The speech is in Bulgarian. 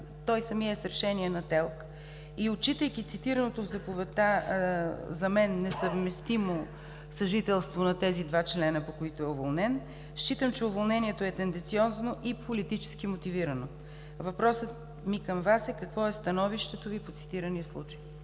той самият е с решение на ТЕЛК, и отчитайки цитирането в заповедта на тези несъвместими за мен два члена, по които е уволнен, считам, че уволнението е тенденциозно и политически мотивирано. Въпросът ми към Вас е: какво е становището Ви по цитирания случай?